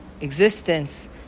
existence